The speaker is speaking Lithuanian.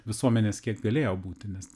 visuomenės kiek galėjo būti nes